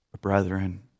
Brethren